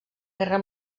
guerra